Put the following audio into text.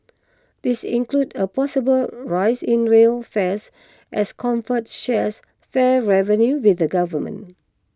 these include a possible rise in rail fares as comfort shares fare revenue with the government